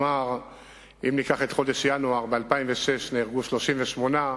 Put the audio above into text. אם ניקח את חודש ינואר, ב-2006 נהרגו 38,